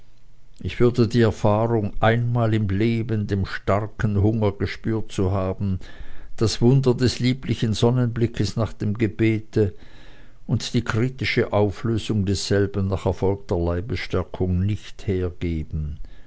ich würde die erfahrung einmal im leben den starken hunger gespürt zu haben das wunder des lieblichen sonnenblickes nach dem gebete und die kritische auflösung desselben nach erfolgter leibesstärkung nicht hergeben